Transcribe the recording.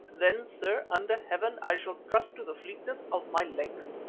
then, sir, under heaven, i shall trust to the fleetness of my legs.